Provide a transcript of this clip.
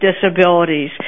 disabilities